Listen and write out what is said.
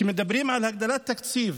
כשמדברים על הגדלת תקציב